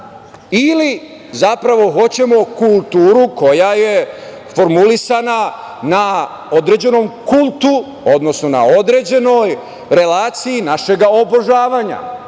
ili zapravo hoćemo kulturu koja je formulisana na određenom kultu, odnosno na određenoj relaciji našeg obožavanja.